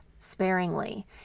sparingly